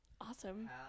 Awesome